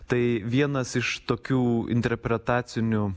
tai vienas iš tokių interpretacinių